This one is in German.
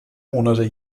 monate